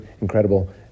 Incredible